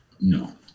No